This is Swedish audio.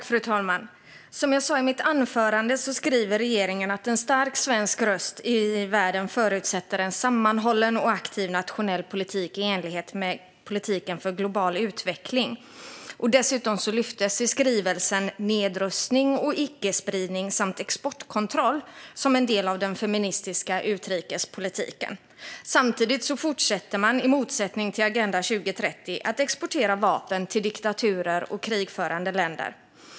Fru talman! Som jag sa i mitt anförande skriver regeringen att en stark svensk röst i världen förutsätter en sammanhållen och aktiv nationell politik i enlighet med politiken för global utveckling. Dessutom lyfter man i skrivelsen nedrustning, ickespridning och exportkontroll som en del av den feministiska utrikespolitiken. Samtidigt fortsätter man, i motsättning till Agenda 2030, att exportera vapen till diktaturer och krigförande länder.